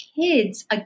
kids